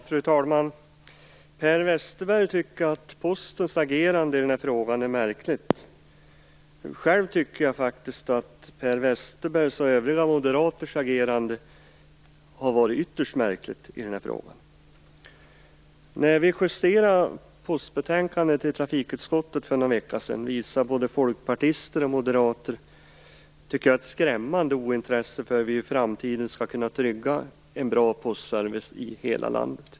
Fru talman! Per Westerberg tycker att Postens agerande i den här frågan är märkligt. Själv tycker jag faktiskt att Per Westerbergs och övriga moderaters agerande i den här frågan har varit ytterst märkligt. När vi justerade postbetänkandet i trafikutskottet för någon vecka sedan, visade både folkpartister och moderater ett skrämmande ointresse, tycker jag, för hur vi i framtiden skall kunna trygga en bra postservice i hela landet.